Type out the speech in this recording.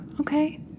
Okay